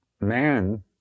man